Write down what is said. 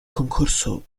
concorso